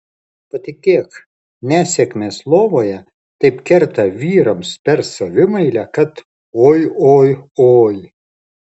patikėk nesėkmės lovoje taip kerta vyrams per savimeilę kad oi oi oi